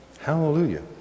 Hallelujah